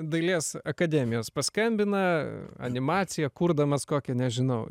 dailės akademijos paskambina animaciją kurdamas kokią nežinau